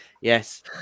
Yes